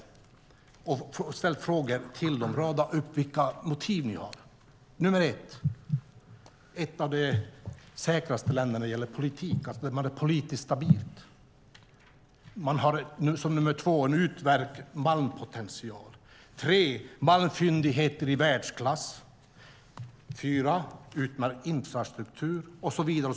De har bett företagen rada upp vilka motiv de har. Som nummer ett kommer att Sverige är ett av de säkraste länderna när det gäller politik, att det är politiskt stabilt, nummer två är en utmärkt malmpotential, tre malmfyndigheter i världsklass, fyra utmärkt infrastruktur och så vidare.